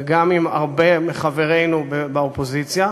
וגם עם הרבה מחברינו באופוזיציה,